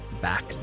back